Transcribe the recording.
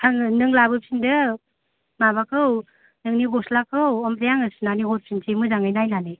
आंनो नों लाबोफिनदो माबाखौ नोंनि गस्लाखौ आमफ्राय आङो सुनानै हरफिनसै मोजाङै नायनानै